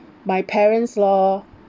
my parents lor